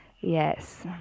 yes